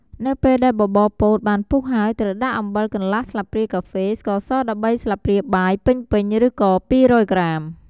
នៅពេលដែលបបរពោតបានពុះហើយ ត្រួវដាក់អំបិលកន្លះស្លាបព្រាកាហ្វេ ស្ករស១៣ស្លាបព្រាបាយពេញៗ ឬក៏២០០ក្រាម។